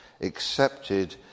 accepted